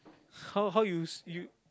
how how you s~ you